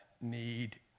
need